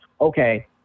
Okay